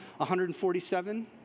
147